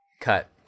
Cut